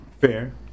Fair